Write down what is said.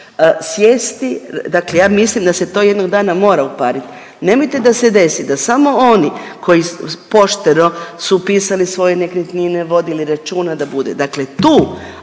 sjesti, dakle ja mislim da se to jednog dana mora uparit. Nemojte da samo oni koji pošteno su upisali svoje nekretnine, vodili računa da bude, dakle tu